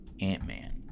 Ant-Man